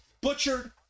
butchered